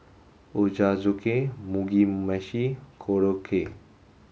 Ochazuke Mugi Meshi Korokke